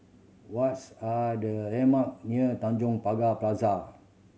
what's are the landmark near Tanjong Pagar Plaza